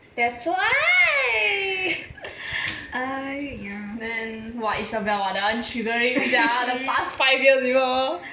that's why then what isabel ah that one triggering sia the past five years with her